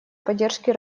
поддержке